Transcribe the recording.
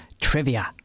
trivia